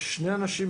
יש שני אנשים,